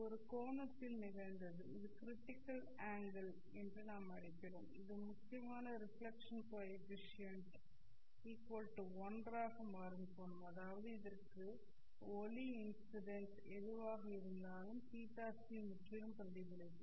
இது ஒரு கோணத்தில் நிகழ்ந்தது இது க்ரிட்டிக்கல் அங்கெல் என நாம் அழைக்கிறோம் இந்த முக்கியமான ரெஃப்ளெக்க்ஷன் கோ எஃபிசியன்ட் 1 ஆக மாறும் கோணம் அதாவது இதற்குப் பிறகு ஒளி இன்சிடெண்ட் எதுவாக இருந்தாலும் θc முற்றிலும் பிரதிபலிக்கும்